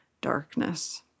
darkness